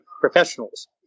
professionals